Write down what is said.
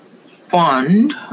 fund